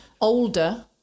older